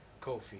Kofi